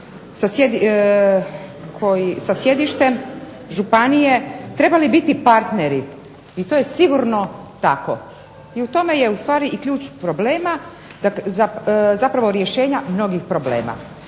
gradovi sa sjedištem županije trebali biti partneri. I to je sigurno tako i u tome je u stvari i ključ problema zapravo rješenja mnogih problema.